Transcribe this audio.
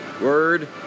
Word